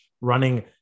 running